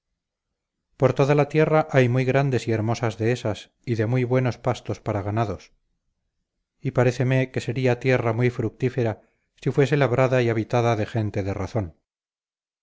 por toda la tierra hay muy grandes y hermosas dehesas y de muy buenos pastos para ganados y paréceme que sería tierra muy fructífera si fuese labrada y habitada de gente de razón